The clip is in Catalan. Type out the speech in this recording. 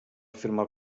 firmar